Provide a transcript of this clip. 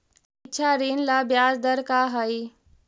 शिक्षा ऋण ला ब्याज दर का हई?